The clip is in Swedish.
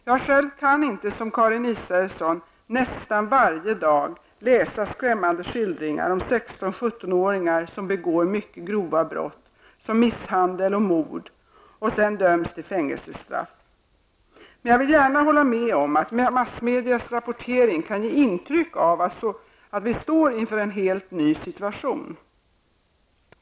Jag själv kan inte som Karin Israelsson ''nästan varje dag'' läsa skrämmande skildringar om 16--17 åringar som begår mycket grova brott såsom misshandel och mord och sedan döms till fängelsestraff. Men jag vill gärna hålla med om att massmedias rapportering kan ge intryck av att vi står inför en helt ny situation.